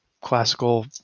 classical